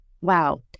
Wow